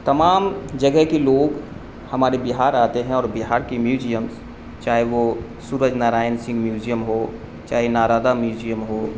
تمام جگہ کے لوگ ہمارے بہار آتے ہیں اور بہار کی میوزیمس چاہے وہ سورج نارائن سنگھ میوزیم ہو چاہے نارادا میوزیم ہو